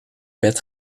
bed